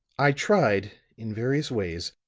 i tried, in various ways,